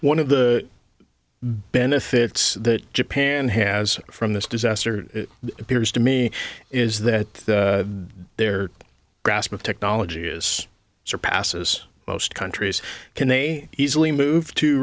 one of the benefits that japan has from this disaster it appears to me is that their grasp of technology is surpasses most countries can they easily move to